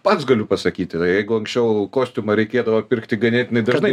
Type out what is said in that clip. pats galiu pasakyti jeigu anksčiau kostiumą reikėdavo pirkti ganėtinai dažnai